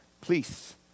Please